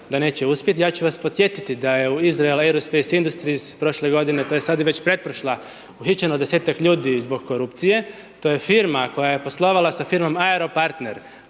da neće uspjeti. Ja ću vas podsjetiti da je u Israel Aerospace Industries prošle godine, tj. sad je već pretprošla, uhićeno 10-ak ljudi zbog korupcije. To je firma koja je poslovala sa firmom Aeropartner